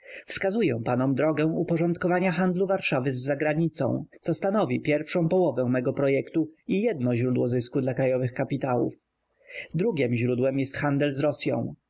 wskazuję panom drogę uporządkowania handlu warszawy z zagranicą co stanowi pierwszą połowę mego projektu i jedno źródło zysku dla krajowych kapitałów drugiem źródłem jest handel z rosyą